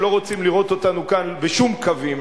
שלא רוצים לראות אותנו כאן בשום קווים,